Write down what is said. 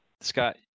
Scott